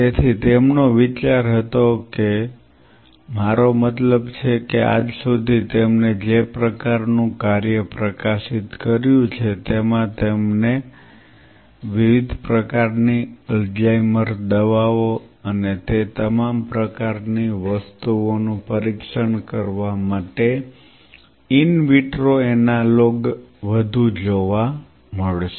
તેથી તેમનો વિચાર હતો કે મારો મતલબ છે કે આજ સુધી તેમને જે પ્રકારનું કાર્ય પ્રકાશિત કર્યું છે તેમાં તમને વિવિધ પ્રકારની અલ્ઝાઇમર દવાઓ અને તે તમામ પ્રકારની વસ્તુઓનું પરીક્ષણ કરવા માટે ઈન વિટ્રો એનાલોગ વધુ જોવા મળશે